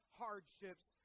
hardships